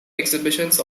exhibitions